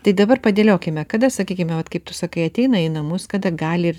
tai dabar padėliokime kada sakykime vat kaip tu sakai ateina į namus kada gali ir